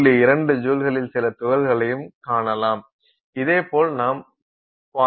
2 ஜூலில் சில துகள்களையும் காணலாம் இதேபோல் நாம் 0